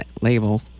label